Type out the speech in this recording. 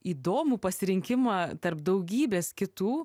įdomų pasirinkimą tarp daugybės kitų